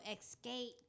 Escape